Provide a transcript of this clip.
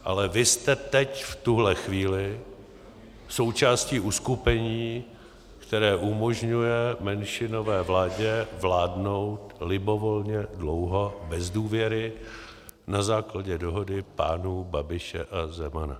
Ale vy jste teď v tuhle chvíli součástí uskupení, které umožňuje menšinové vládě vládnout libovolně dlouho bez důvěry na základě dohody pánů Babiše a Zemana.